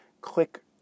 click